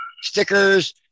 stickers